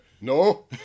No